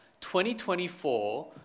2024